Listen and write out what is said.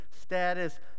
status